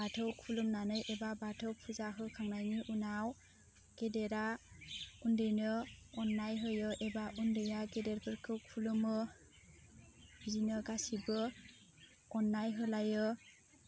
बाथौ खुलुमनानै एबा बाथौ फुजा होखांनायनि उनाव गेदेरआ उन्दैनो अननाय होयो एबा उन्दैया गेदेरफोरखौ खुलुमो बिदिनो गासिबो अननाय होलायो